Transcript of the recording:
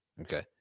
okay